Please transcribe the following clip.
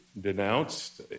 denounced